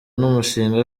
n’umushinga